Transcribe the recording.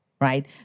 right